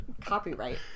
copyright